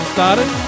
started